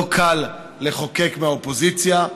לא קל לחוקק מהאופוזיציה.